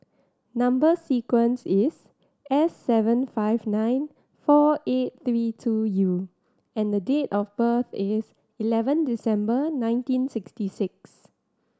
number sequence is S seven five nine four eight three two U and date of birth is eleven December nineteen sixty six